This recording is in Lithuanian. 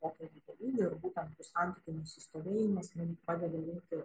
pokalbio dalyvių ir būtent tų santykių nusistovėjimas mum padeda įveikti